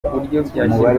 umubare